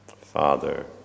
Father